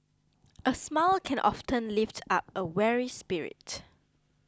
a smile can often lift up a weary spirit